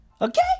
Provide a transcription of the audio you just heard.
Okay